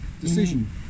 decision